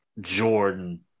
Jordan